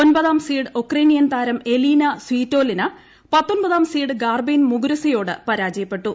ഒൻപതാം seed Ukrainian താരം Elina Svitolina പത്തൊൻപതാം സീഡ് ഗാർബൈയിൻ മുഗുരുസയോട് പരാജയപ്പെട്ടു